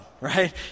right